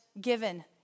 given